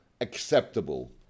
acceptable